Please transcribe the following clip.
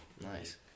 Nice